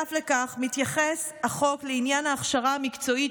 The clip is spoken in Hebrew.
בנוסף לכך מתייחס החוק לעניין ההכשרה המקצועית,